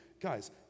Guys